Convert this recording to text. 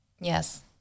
Yes